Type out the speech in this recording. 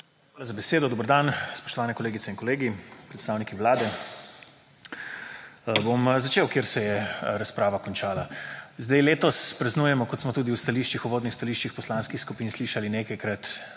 Hvala za besedo. Dober dan. Spoštovane kolegice in kolegi, predstavniki Vlade! Bom začel kjer se je razprava končala. Zdaj, letos praznujemo kot smo tudi v uvodnih stališčih poslanskih skupin slišali nekajkrat,